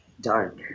Dark